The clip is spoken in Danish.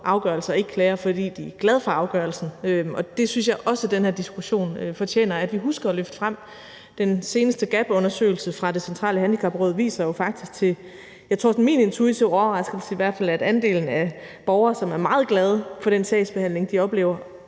afgørelse og ikke klager, fordi de er glade for afgørelsen, og det synes jeg også den her diskussion fortjener at vi husker at løfte frem. Den seneste gapundersøgelse fra Det Centrale Handicapråd viser jo faktisk til i hvert fald min intuitive overraskelse, at andelen af borgere, som er meget glade for den sagsbehandling, de oplever,